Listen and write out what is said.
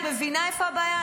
את מבינה איפה הבעיה,